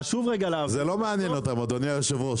זה לא מעניין אותם, אדוני היושב ראש.